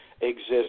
exist